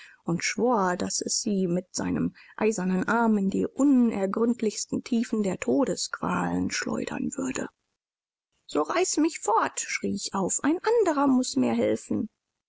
und schwor daß es sie mit seinem eisernen arm in die unergründlichsten tiefen der todesqualen schleudern würde so reißt mich fort schrie ich auf ein anderer muß mir helfen